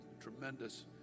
tremendous